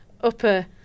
upper